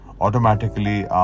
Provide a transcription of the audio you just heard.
Automatically